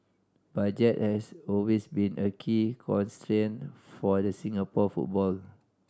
budget has always been a key constraint for the Singapore football